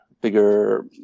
bigger